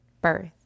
birth